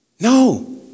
No